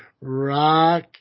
Rock